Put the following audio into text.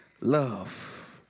love